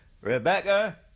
Rebecca